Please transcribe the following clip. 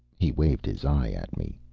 he waved his eye at me.